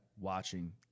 watching